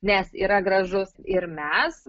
nes yra gražus ir mes